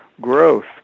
growth